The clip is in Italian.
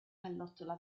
pallottola